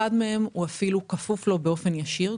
אחד מהם אפילו כפוף לו באופן ישיר,